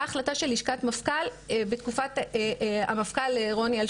החלטה של לשכת מפכ"ל בתקופת המפכ"ל רוני אלשיך.